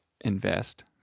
invest